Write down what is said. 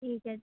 ठीक ऐ